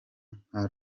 nka